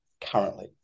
currently